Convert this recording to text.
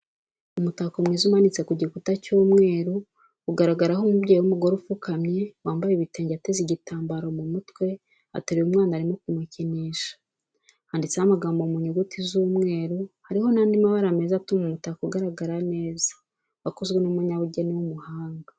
Umutako mwiza umanitse ku gikuta cy'umweru ugaragaraho umubyeyi w'umugore upfukamye wambaye ibitenge ateze igitambaro mu mutwe ateruye umwana arimo kumukinisha, handitseho amagambo mu nyuguti z'umweru, hariho n'andi mabara meza atuma umutako ugaragara neza, wakozwe n'umunyabugeni w'umuhanga.